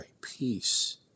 peace